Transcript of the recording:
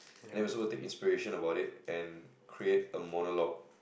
and then we suppose to take inspiration about it and create a monologue